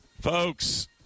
Folks